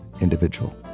individual